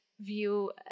view